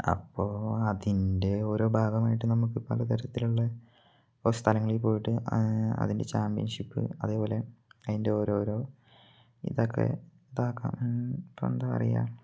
അപ്പോൾ അതിൻ്റെ ഓരോ ഭാഗമായിട്ട് നമുക്ക് പലതരത്തിലുള്ള ഇപ്പം സ്ഥലങ്ങളിൽ പോയിട്ട് അതിൻ്റെ ചാമ്പ്യൻഷിപ്പ് അതേപോലെ അതിൻ്റെ ഓരോരോ ഇതൊക്കെ ഇതാക്കാം ഇപ്പം എന്താണ് പറയുക